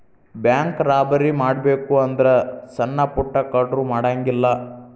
bank robbery ಮಾಡ್ಬೆಕು ಅಂದ್ರ ಸಣ್ಣಾ ಪುಟ್ಟಾ ಕಳ್ರು ಮಾಡಂಗಿಲ್ಲಾ